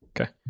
Okay